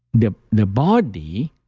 the the body,